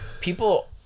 people